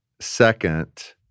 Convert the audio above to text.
Second